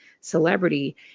celebrity